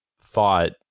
thought